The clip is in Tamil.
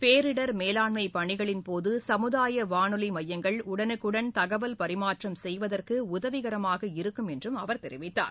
பேரிடர் மேலாண்மை பணிகளின் போது சமுதாய வானொலி மையங்கள் உடனுக்குடன் தகவல் பரிமாற்றம் செய்வதற்கு உதவிகரமாக இருக்கும் என்றும் அவர் தெரிவித்தார்